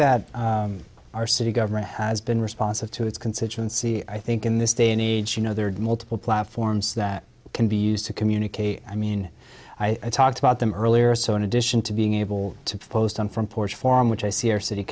that our city government has been responsive to its constituency i think in this day and age you know there are multiple platforms that can be used to communicate i mean i talked about them earlier so in addition to being able to post on front porch form which i see our city